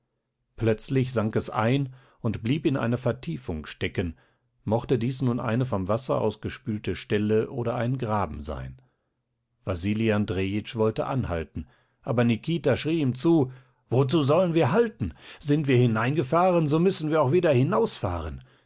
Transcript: plötzlich sank es ein und blieb in einer vertiefung stecken mochte dies nun eine vom wasser ausgespülte stelle oder ein graben sein wasili andrejitsch wollte anhalten aber nikita schrie ihm zu wozu sollen wir halten sind wir hineingefahren so müssen wir auch wieder hinausfahren